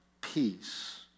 peace